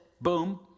boom